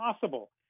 possible